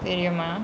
தெரியுமா:theriyumaa